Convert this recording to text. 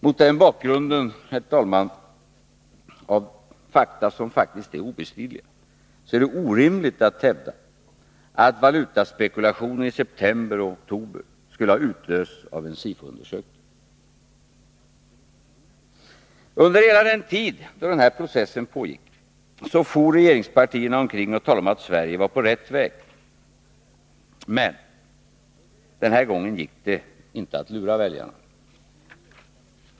Mot bakgrunden av dessa obestridliga fakta, herr talman, är det orimligt att säga att valutaspekulationen i september och oktober skulle ha utlösts av en SIFO-undersökning. Under hela den tid då denna process pågick for regeringspartierna omkring och talade om att Sverige var på rätt väg. Men den här gången gick det inte att lura väljarna.